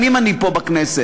שנים אני פה בכנסת,